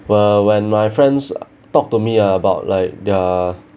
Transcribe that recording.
when when my friends talk to me ah about like their